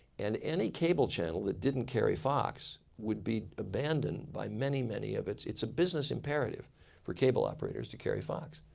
and any cable channel that didn't carry fox would be abandoned by many, many of its it's a business imperative for cable operators to carry fox.